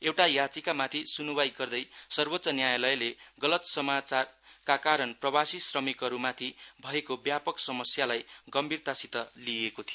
एउटा याचिका माथि स्न्वाई गर्दै सर्वोच्च न्यायालयले गलत समाचारका कारण प्रवासी श्रमिकहरू माथि भएको व्यापक समस्यालाई गम्भीरतासित लिएको थियो